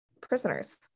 prisoners